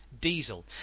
Diesel